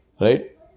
right